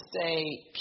say